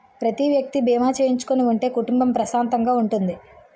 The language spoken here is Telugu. ప్రతి వ్యక్తి బీమా చేయించుకుని ఉంటే కుటుంబం ప్రశాంతంగా ఉంటుంది